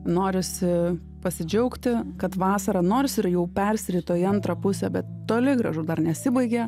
norisi pasidžiaugti kad vasarą nors ir jau persirito į antrą pusę bet toli gražu dar nesibaigė